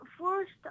first